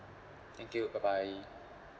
thank you bye bye